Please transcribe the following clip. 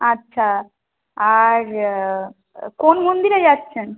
আচ্ছা আর কোন মন্দিরে যাচ্ছেন